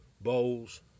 bowls